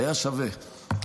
היה שווה.